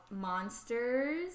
monsters